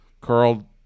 Carl